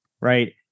right